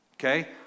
Okay